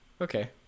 okay